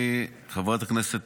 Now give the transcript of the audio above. חברת הכנסת